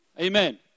Amen